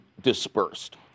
dispersed